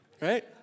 right